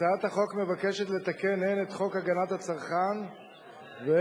הצעת החוק מבקשת לתקן הן את חוק הגנת הצרכן והן